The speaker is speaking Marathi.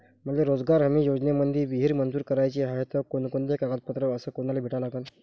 मले रोजगार हमी योजनेमंदी विहीर मंजूर कराची हाये त कोनकोनते कागदपत्र अस कोनाले भेटा लागन?